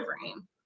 frame